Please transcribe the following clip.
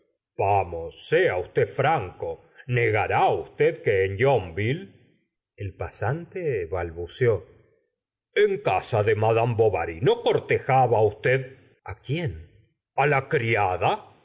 vamos sea usted franco negará usted que en yonville el pasante balbuceó en casa de iad bovary no cortejaba usted a quién a la criada